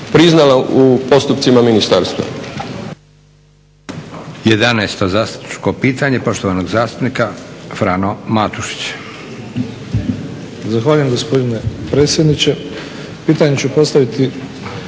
priznala u postupcima ministarstva.